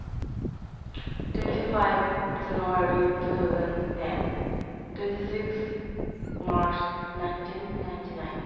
twenty five January two thousand ten twenty six March nineteen ninety nine